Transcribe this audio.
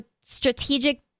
Strategic